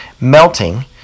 melting